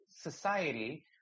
society